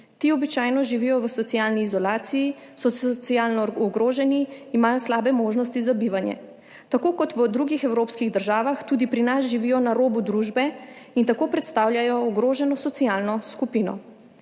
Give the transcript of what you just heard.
Ti običajno živijo v socialni izolaciji, so socialno ogroženi, imajo slabe možnosti za bivanje. Tako kot v drugih evropskih državah tudi pri nas živijo na robu družbe in tako predstavljajo ogroženo socialno skupino.